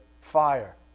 fire